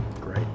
great